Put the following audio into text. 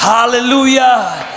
Hallelujah